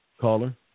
Caller